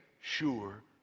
sure